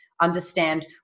understand